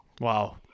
Wow